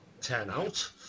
turnout